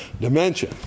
dimension